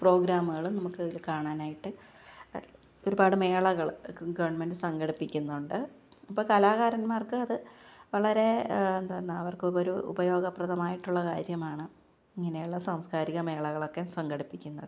പ്രോഗ്രാമുകളും നമുക്ക് കാണാനായിട്ട് ഒരുപാട് മേളകള് ഗവണ്മെന്റ് സംഘടിപ്പിക്കുന്നുണ്ട് അപ്പോൾ കലാകരന്മാര്ക്ക് അത് വളരെ എന്താന്നാ അവർക്ക് ഉപയോഗപ്രദമായിട്ടുള്ള കാര്യമാണ് ഇങ്ങനെയുള്ള സംസ്കാരിക മേളകളൊക്കെ സംഘടിപ്പിക്കുന്നത്